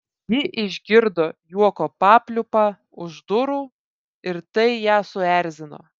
ji išgirdo juoko papliūpą už durų ir tai ją suerzino